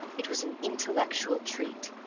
it was an intellectual treat,